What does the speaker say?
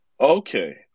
Okay